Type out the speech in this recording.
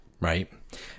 right